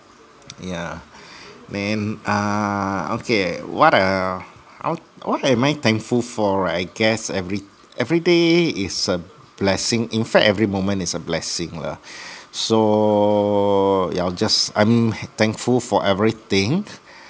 yeah then uh okay what uh what what am I thankful for right I guess every everyday is a blessing in fact every moment is a blessing lah so yeah I'll just I'm thankful for everything